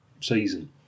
season